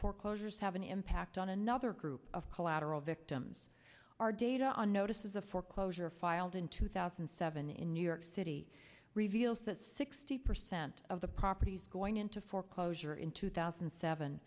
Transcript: foreclosures have an impact on another group of collateral victims are data on notices of foreclosure filed in two thousand and seven in new york city reveals that sixty percent of the properties going into foreclosure in two thousand and seven